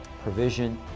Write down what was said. provision